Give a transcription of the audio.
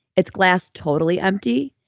it's glass totally empty.